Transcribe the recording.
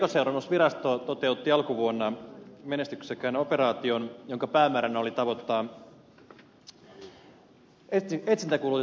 poliisi ja rikosseuraamusvirasto toteuttivat alkuvuonna menestyksekkään operaation jonka päämääränä oli tavoittaa etsintäkuulutettuja henkilöitä